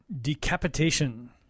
Decapitation